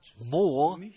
more